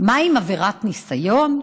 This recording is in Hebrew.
מה עם עבירת ניסיון?